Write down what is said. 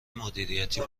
مدیریتی